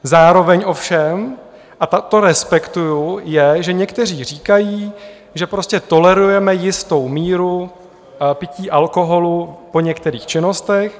Zároveň ovšem, a to respektuji, je, že někteří říkají, že prostě tolerujeme jistou míru pití alkoholu po některých činnostech.